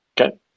Okay